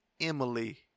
Emily